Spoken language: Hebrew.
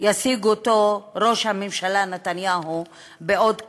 ישיג אותו ראש הממשלה נתניהו בעוד כוח.